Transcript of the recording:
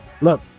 Look